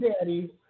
Daddy